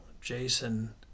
jason